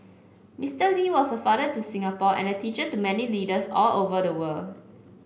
Mister Lee was a father to Singapore and teacher to many leaders all over the world